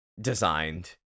designed